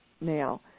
now